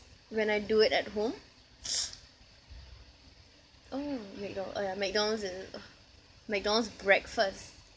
when I do it at home oh mcdo~ oh ya Mcdonald's is uh Mcdonald's breakfast